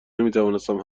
نمیتوانستم